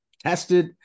tested